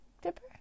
dipper